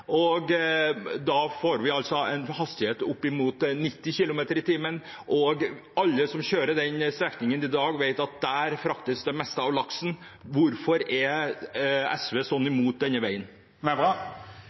sikkerhet. Da får vi en hastighet opp mot 90 km/t. Og alle som kjører den strekningen i dag, vet at der fraktes det meste av laksen. Hvorfor er SV